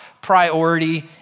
priority